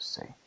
say